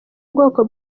bwoko